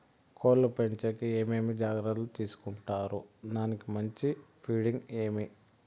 కోళ్ల పెంచేకి ఏమేమి జాగ్రత్తలు తీసుకొంటారు? దానికి మంచి ఫీడింగ్ ఏమి?